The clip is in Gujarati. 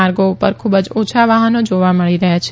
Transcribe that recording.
માર્ગો ઉપર ખૂબ જ ઓછા વાહનો જોવા મળી રહ્યા છે